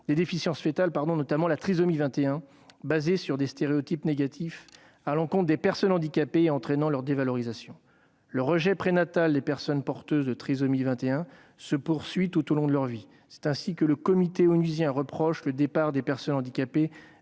des déficiences foetales, notamment de la trisomie 21, basé sur des stéréotypes négatifs à l'encontre des personnes handicapées et entraînant leur dévalorisation. Le rejet prénatal des personnes porteuses de trisomie 21 se poursuit tout au long de leur vie. C'est ainsi que le Comité onusien reproche à la France le départ de personnes handicapées